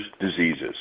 diseases